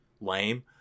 lame